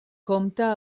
comte